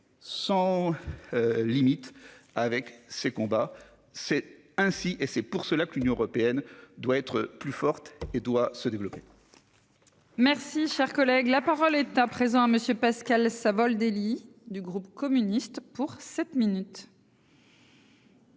sans. Limite avec ses combats. C'est ainsi et c'est pour cela que l'Union européenne doit être plus forte et doit se développer.